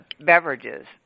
beverages